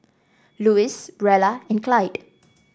Louis Rella and Clyde